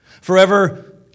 Forever